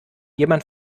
jemand